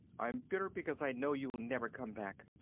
i'm bitter because i know you'll never come back.